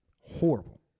horrible